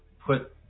put